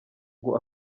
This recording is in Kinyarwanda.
ngo